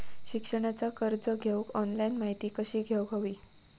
शिक्षणाचा कर्ज घेऊक ऑनलाइन माहिती कशी घेऊक हवी?